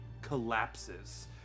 collapses